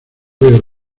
veo